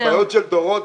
הבעיות של דורות,